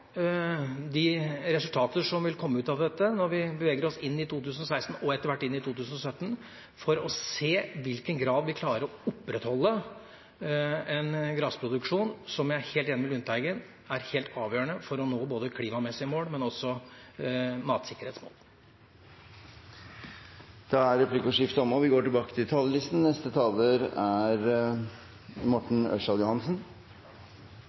de resultatene som vil komme ut av dette når vi beveger oss inn i 2016 og etter hvert inn i 2017, for å se i hvilken grad vi klarer å opprettholde en grasproduksjon som jeg er helt enig med Lundteigen i er helt avgjørende for å nå både klimamessige mål og matsikkerhetsmål. Replikkordskiftet er omme. Da har vi igjen jordbruksoppgjøret til behandling i Stortinget. Forskjellen fra i fjor er